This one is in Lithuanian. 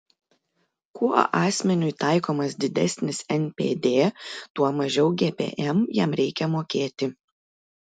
kuo asmeniui taikomas didesnis npd tuo mažiau gpm jam reikia mokėti